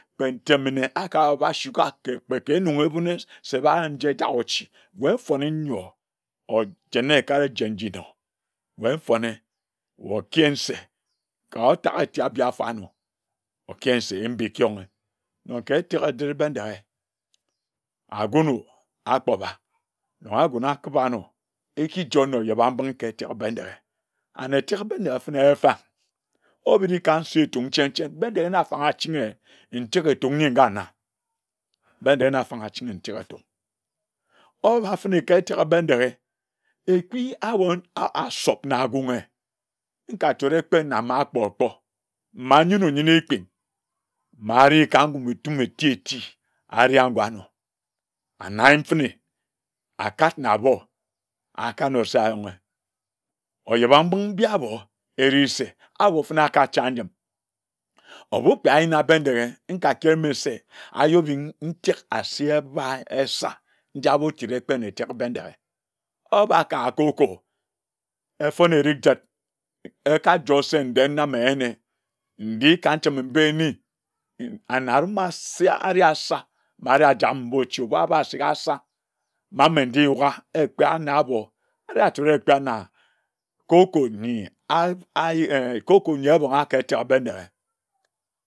Kpe nteme nne akaba basuka ke kpe ke enonghe ebune se bayin nji ejak ochi wae mfone nyor ojene ekad ejen njinor wae mfone wae okiyin se ka otake eti abi afarno okiyin se mbin ekiyonghe na ka etek ejiri Bendeghe agunoo akpoba nyor agunar akiba onor ekijor na ojebambinghi ka eteke Bendeghe anne cheng Bendeghe fene mfa obiri ka nsi tum cheng chen Bendeghe na afanghe achinghe ntuke nyi ngana Bendeghe na afanga achinghe nchere atu, oba fene ka etek Bendeghe ekpi abone asop na ahh ayunghe nkachere kpe na ma akpor okpor ma anyine oyine ekpin ma areh ka ngum etum eti eti areha ngor anor ane ayin fene akad na abor akano se ayonghe ojebambinghe mbi abor erese abor fene akacha njim ebu kpe ayina Bendeghe nkakeme se ayobing ntek asi ebai esir nja bochighi kpe na eteke Bendeghe oba ka cocoa efon eri jid ekajoer se nde na mme eyine nde ka nchimi mba eni mm ana rum asa se areh asir ma areh ajak mbaochi asika asi asir ma mme nde nyuga ekpe anor abor ere achore ekpe na cocoa nyi aa anyi cocoa nyi ebonga ka eteke Bendeghe